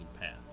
path